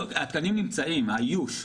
לא, התקנים נמצאים, האיוש.